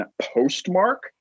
postmark